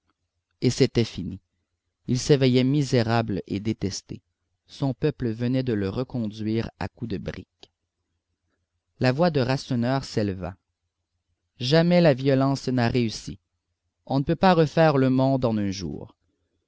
et c'était fini il s'éveillait misérable et détesté son peuple venait de le reconduire à coups de briques la voix de rasseneur s'éleva jamais la violence n'a réussi on ne peut pas refaire le monde en un jour